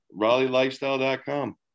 RaleighLifestyle.com